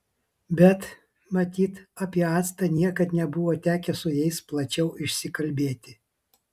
bet matyt apie actą niekad nebuvo tekę su jais plačiau išsikalbėti